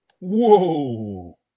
Whoa